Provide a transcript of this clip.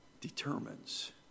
determines